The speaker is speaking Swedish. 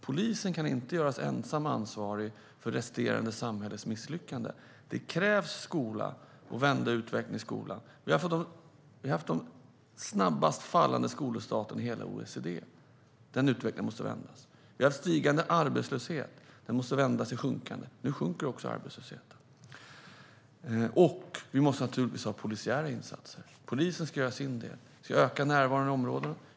Polisen kan inte ensam göras ansvarig för resten av samhällets misslyckande. Det krävs skola och att vända utvecklingen i skolan. Vi har haft de snabbast fallande skolresultaten i hela OECD. Den utvecklingen måste vändas. Vi har haft stigande arbetslöshet. Den måste vändas till sjunkande. Nu sjunker också arbetslösheten. Vi måste naturligtvis också ha polisiära insatser. Polisen ska göra sin del. Vi ska öka närvaron i områden.